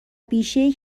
بیشهای